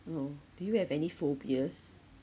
no do you have any phobias